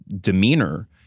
demeanor